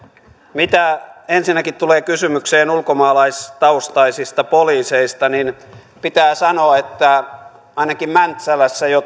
mitä ensinnäkin tulee kysymykseen ulkomaalaistaustaisista poliiseista niin pitää sanoa että ainakin mäntsälässä jo